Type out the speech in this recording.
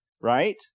right